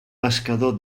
pescador